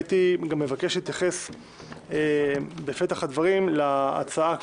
הייתי מבקש להתייחס בפתח הדברים להצעה,